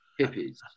hippies